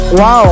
Wow